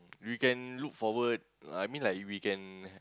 you can look forward I mean like we can